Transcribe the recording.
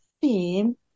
theme